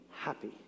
happy